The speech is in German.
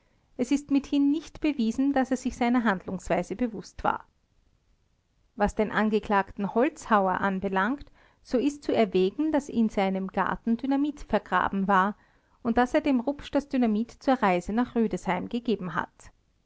es ist mithin nicht bewiesen daß er sich seiner handlungsweise bewußt war was den angeklagten holzhauer anbelangt so ist zu erwägen daß in seinem garten dynamit vergraben war und daß er dem rupsch das dynamit zur reise nach rüdesheim gegeben hat